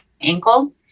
ankle